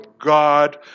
God